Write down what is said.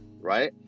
right